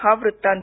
हा वृत्तांत